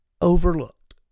overlooked